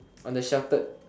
on the sheltered